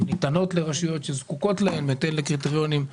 ניתנים לרשויות שזקוקות להם בהתאם לקריטריונים.